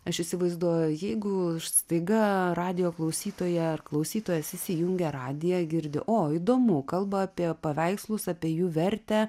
aš įsivaizduoju jeigu staiga radijo klausytoja ar klausytojas įsijungia radiją girdi o įdomu kalba apie paveikslus apie jų vertę